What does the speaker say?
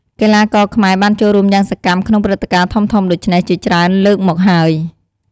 កីឡាករខ្មែរបានចូលរួមយ៉ាងសកម្មក្នុងព្រឹត្តិការណ៍ធំៗដូច្នេះជាច្រើនលើកមកហើយ។